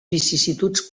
vicissituds